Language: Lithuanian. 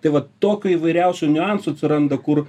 tai vat tokių įvairiausių niuansų atsiranda kur